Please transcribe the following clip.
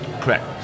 Correct